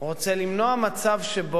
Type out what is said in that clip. רוצה למנוע מצב שבו,